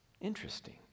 Interesting